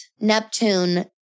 Neptune